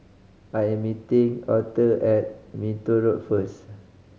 I am meeting Arther at Minto Road first